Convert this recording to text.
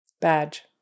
badge